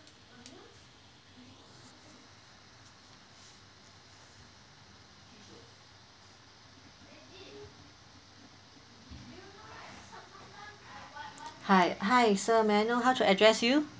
hi hi sir may I know how to address you